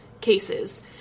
cases